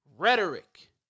Rhetoric